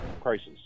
crisis